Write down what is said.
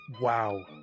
wow